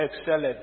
excelled